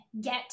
get